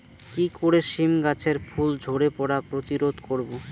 কি করে সীম গাছের ফুল ঝরে পড়া প্রতিরোধ করব?